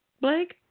Blake